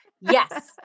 Yes